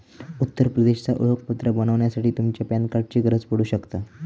उत्तर प्रदेशचा ओळखपत्र बनवच्यासाठी तुमच्या पॅन कार्डाची गरज पडू शकता